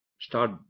start